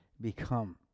become